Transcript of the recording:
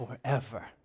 forever